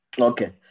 Okay